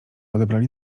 odebrali